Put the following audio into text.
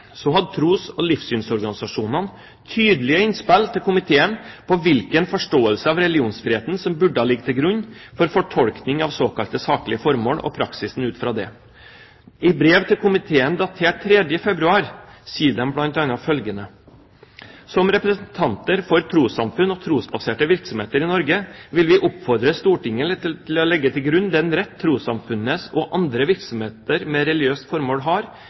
så regjeringspartiene likevel vil gjøre dette grepet, hadde tros- og livssynsorganisasjonene tydelige innspill til komiteen om hvilken forståelse av religionsfriheten som burde ha ligget til grunn for fortolkning av såkalte saklige formål og praksisen ut fra det. I brev til komiteen, datert 3. februar, sier de bl.a. følgende: «Som representanter for trossamfunn og trosbaserte virksomheter i Norge vil vi oppfordre Stortinget til å legge til grunn den rett trossamfunnene og andre virksomheter med religiøst formål har